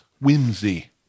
Whimsy